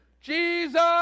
Jesus